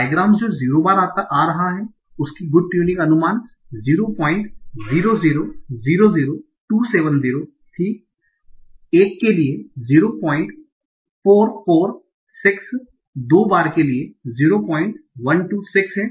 bigrams जो 0 बार आ रहा हैं उसकी गुड ट्यूरिंग अनुमान 00000270 था 1 के लिए 0446 दो बार के लिए 0126 हैं